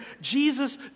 Jesus